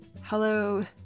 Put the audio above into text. Hello